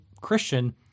Christian